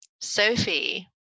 Sophie